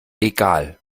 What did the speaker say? egal